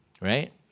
right